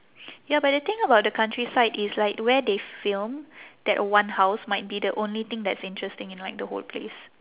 ya but the thing about the countryside is like where they film that one house might be the only thing that's interesting in like the whole place